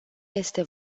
este